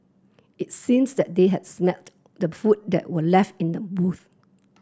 it seems that they had smelt the food that were left in the boots